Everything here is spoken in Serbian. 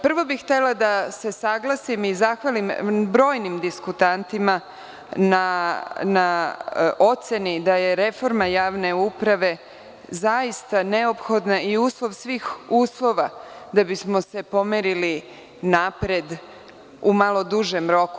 Prvo bih htela da se saglasim i zahvalim brojnim diskutantima na oceni da je reforma javne uprave zaista neophodna i uslov svih uslova da bi smo se pomerili napred u malo dužem roku.